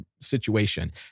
situation